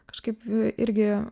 kažkaip irgi